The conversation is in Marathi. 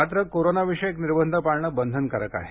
मात्र कोरोनाविषयक निर्बंध पाळणं बंधनकारक आहे